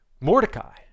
Mordecai